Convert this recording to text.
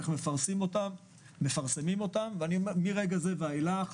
איך מפרסמים אותם ומרגע זה ואילך